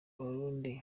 abarundi